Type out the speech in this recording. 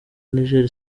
niger